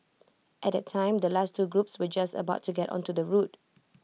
at that time the last two groups were just about to get onto the route